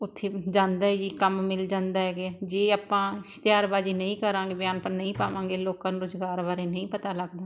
ਉੱਥੇ ਜਾਂਦਾ ਹੈ ਜੀ ਕੰਮ ਮਿਲ ਜਾਂਦਾ ਹੈ ਗਾ ਜੇ ਆਪਾਂ ਇਸ਼ਤਿਹਾਰਬਾਜ਼ੀ ਨਹੀਂ ਕਰਾਂਗੇ ਵਿਗਿਆਪਨ ਨਹੀਂ ਪਾਵਾਂਗੇ ਲੋਕਾਂ ਨੂੰ ਰੁਜ਼ਗਾਰ ਬਾਰੇ ਨਹੀਂ ਪਤਾ ਲੱਗਦਾ